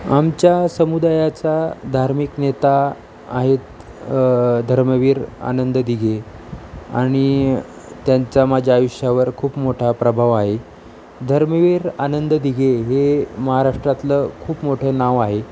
आमच्या समुदायाचा धार्मिक नेता आहेत धर्मवीर आनंद दिघे आणि त्यांचा माझ्या आयुष्यावर खूप मोठा प्रभाव आहे धर्मवीर आनंद दिघे हे महाराष्ट्रातलं खूप मोठे नाव आहे